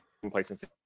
complacency